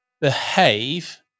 behave